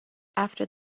after